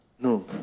No